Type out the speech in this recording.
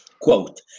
quote